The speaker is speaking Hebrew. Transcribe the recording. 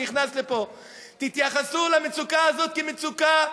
שנכנס לפה: תתייחסו למצוקה הזאת כמצוקה.